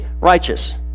righteous